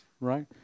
right